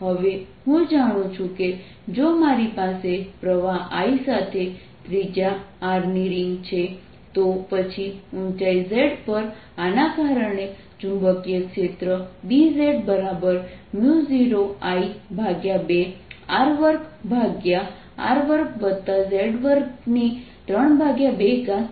હવે હું જાણું છું કે જો મારી પાસે પ્રવાહ I સાથે ત્રિજ્યા r ની રિંગ છે તો પછી ઊંચાઈ z પર આના કારણે ચુંબકીય ક્ષેત્ર Bz 0I2 r2r2z232 છે